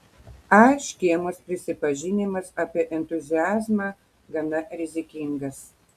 a škėmos prisipažinimas apie entuziazmą gana rizikingas